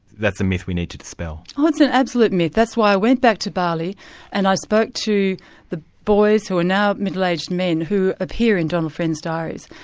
that's a myth we need to dispel. ah it's an absolute myth. that's why i went back to bali and i spoke to the boys, who are now middle-aged men, who appear in donald friend's diaries,